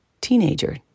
Teenager